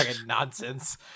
Nonsense